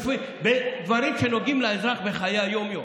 בדברים שנוגעים לאזרח בחיי היום-יום.